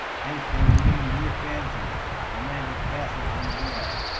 hence they remain mere fancies, romantic castles in the air,